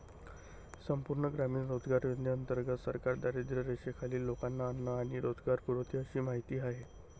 संपूर्ण ग्रामीण रोजगार योजनेंतर्गत सरकार दारिद्र्यरेषेखालील लोकांना अन्न आणि रोजगार पुरवते अशी माहिती आहे